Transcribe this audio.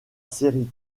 série